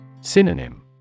Synonym